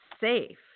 safe